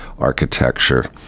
architecture